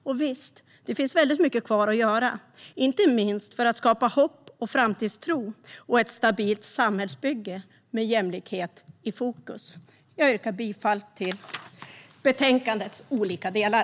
Och visst, det finns väldigt mycket kvar att göra, inte minst för att skapa hopp, framtidstro och ett stabilt samhällsbygge med jämlikhet i fokus. Jag yrkar bifall till förslagen i betänkandets olika delar.